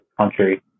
country